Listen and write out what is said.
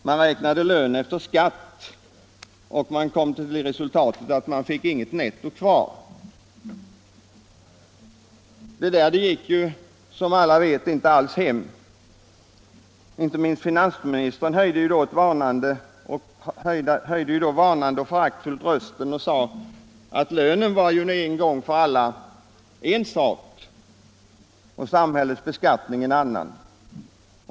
Man räknade lönen efter skatt och kom till resultatet att man inte fick något netto kvar. Detta resonemang gick, som alla vet, inte alls hem. Inte minst finansministern höjde varnande och föraktfullt rösten och sade att lönen var nu en gång för alla en sak och samhällets beskattning en annan.